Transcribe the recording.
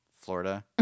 Florida